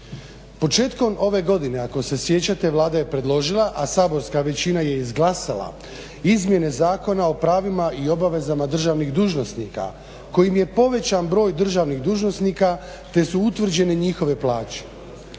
Početkom ove godine ako se sjećate Vlada je predložila, a saborska većina je izglasala izmjene Zakona o pravima i obavezama državnih dužnosnika kojim je povećan broj državnih dužnosnika te su utvrđene njihove plaće.